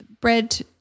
bread